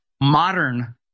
modern